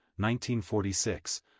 1946